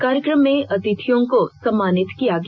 कार्यक्रम में अतिथियों को सम्मानित किया गया